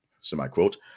semi-quote